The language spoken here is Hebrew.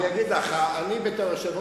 איפה השר?